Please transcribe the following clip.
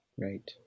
Right